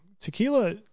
Tequila